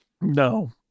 No